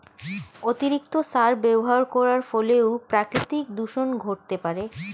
অতিরিক্ত সার ব্যবহার করার ফলেও প্রাকৃতিক দূষন ঘটতে পারে